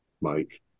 Mike